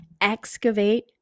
excavate